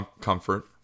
comfort